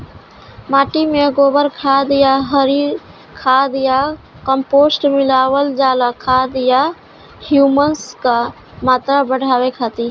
माटी में गोबर खाद या हरी खाद या कम्पोस्ट मिलावल जाला खाद या ह्यूमस क मात्रा बढ़ावे खातिर?